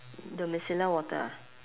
the micellar water ah